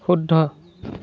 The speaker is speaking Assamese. শুদ্ধ